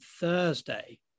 Thursday